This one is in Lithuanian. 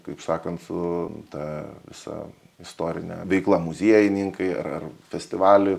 kaip sakant su ta visa istorine veikla muziejininkai ar ar festivalių